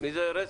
מי זה ארז?